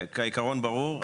כי העיקרון ברור.